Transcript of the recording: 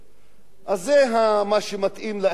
אז זה מה שמתאים לעניין.